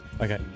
Okay